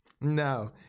No